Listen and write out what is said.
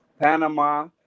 panama